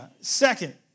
Second